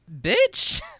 Bitch